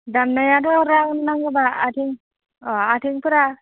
दाननायाथ' round नांगौब्ला आथिं अ आथिंफोरा